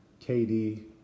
KD